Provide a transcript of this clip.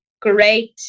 great